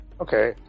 Okay